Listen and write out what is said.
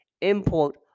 import